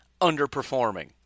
underperforming